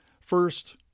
First